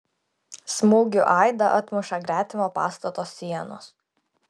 smūgių aidą atmuša gretimo pastato sienos